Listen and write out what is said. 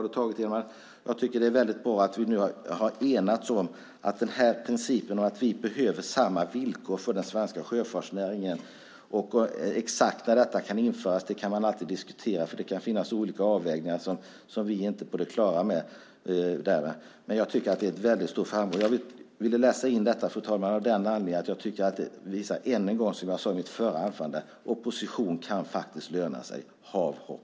Det är bra att vi nu har enats om principen om att vi behöver samma villkor för den svenska sjöfartsnäringen. Exakt när detta kan införas kan alltid diskuteras. Det kan finnas olika avvägningar som vi inte är på det klara med. Men det är en stor framgång. Jag ville få med detta, fru talman, av den anledningen att jag än en gång tycker att detta visar - som jag sade i mitt förra anförande - att opposition faktiskt kan löna sig. Hav hopp!